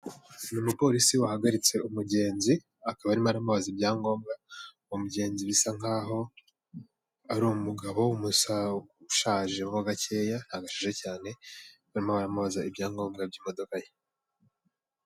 Ni umupolisi wahagaritse umugenzi akaba arimo aramubaza ibyangombwa, uwo mugenzi bisa nkaho ari umugabo ushaje ho gakeya ntabwo ashaje cyane, barimo baramubaza ibyangombwa by'imodoka ye.